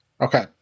Okay